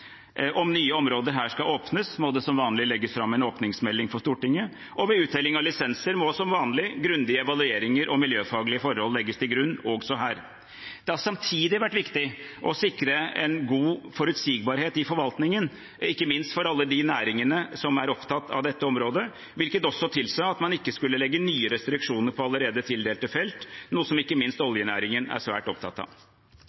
Om nye områder her skal åpnes, må det som vanlig legges fram en åpningsmelding for Stortinget, og ved utdeling av lisenser må som vanlig grundige evalueringer og miljøfaglige forhold legges til grunn også her. Det har samtidig vært viktig å sikre en god forutsigbarhet i forvaltningen, ikke minst for alle de næringene som er opptatt av dette området, hvilket også tilsa at man ikke skulle legge nye restriksjoner på allerede tildelte felt, noe som ikke minst